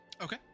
Okay